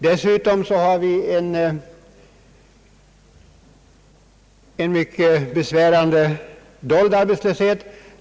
Vidare har vi en mycket besvärande dold arbetslöshet.